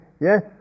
yes